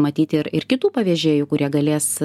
matyti ir ir kitų pavėžėju kurie galės